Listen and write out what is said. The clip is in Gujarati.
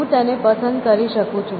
હું તેને પસંદ કરી શકું છું